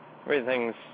everything's